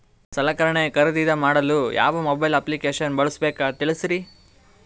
ಸಲಕರಣೆ ಖರದಿದ ಮಾಡಲು ಯಾವ ಮೊಬೈಲ್ ಅಪ್ಲಿಕೇಶನ್ ಬಳಸಬೇಕ ತಿಲ್ಸರಿ?